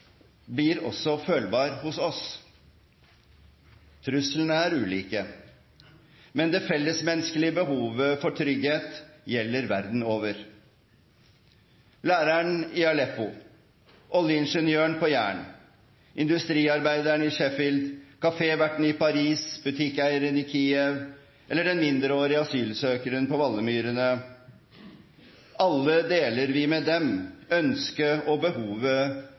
blir også følbar hos oss. Truslene er ulike, men det fellesmenneskelige behovet for trygghet gjelder verden over. Læreren i Aleppo, oljeingeniøren på Jæren, industriarbeideren i Sheffield, kaféverten i Paris, butikkeieren i Kiev, eller den mindreårige asylsøkeren på Vallermyrene – alle deler vi med dem ønsket om og behovet